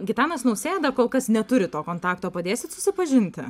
gitanas nausėda kol kas neturi to kontakto padėsit susipažinti